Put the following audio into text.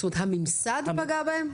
זאת אומרת הממסד פגע בהם?